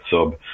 sub